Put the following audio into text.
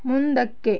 ಮುಂದಕ್ಕೆ